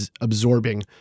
absorbing